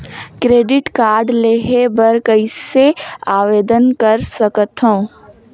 Credit card लेहे बर कइसे आवेदन कर सकथव?